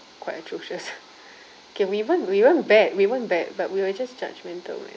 quite atrocious K we weren't we weren't bad we weren't bad but we were just judgmental man